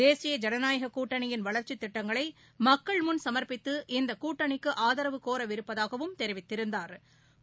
தேசிய ஜனநாயகக் கூட்டணியின் வளர்ச்சித் திட்டங்களை மக்கள் முன் சமா்ப்பித்து இந்த கூட்டணிக்கு ஆதரவு கோரவிருப்பதாகவும் தெரிவித்திருந்தாா்